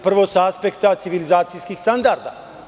Prvo, sa aspekta civilizacijskih standarda.